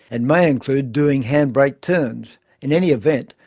and may include doing handbrake turns. in any event,